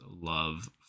love